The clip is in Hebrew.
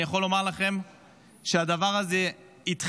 אני יכול לומר לכם שהדבר הזה התחיל